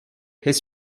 his